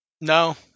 No